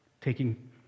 taking